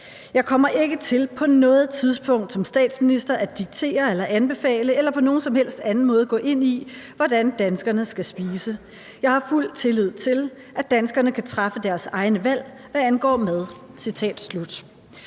Jeg kommer ikke til på noget tidspunkt som statsminister at diktere eller anbefale eller på nogen som helst anden måde gå ind i, hvordan danskerne skal spise. Jeg har fuld tillid til, at danskerne kan træffe deres egne valg, hvad angår mad.